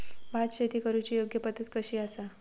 भात शेती करुची योग्य पद्धत कशी आसा?